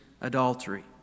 adultery